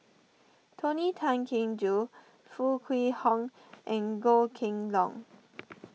Tony Tan Keng Joo Foo Kwee Horng and Goh Kheng Long